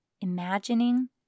imagining